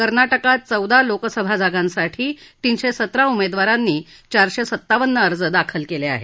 कर्नाटकात चौदा लोकसभा जागांसाठी तीनशे सतरा उमेदवारांनी चारशे सत्तावन्न अर्ज दाखल केले आहेत